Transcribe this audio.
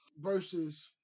versus